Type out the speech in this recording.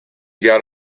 got